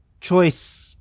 choice